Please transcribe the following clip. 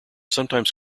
sometimes